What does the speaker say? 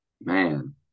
Man